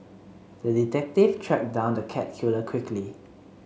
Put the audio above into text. the detective tracked down the cat killer quickly